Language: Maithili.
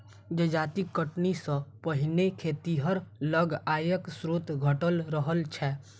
जजाति कटनी सॅ पहिने खेतिहर लग आयक स्रोत घटल रहल छै